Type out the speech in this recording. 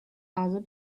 other